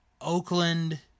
Oakland –